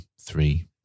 three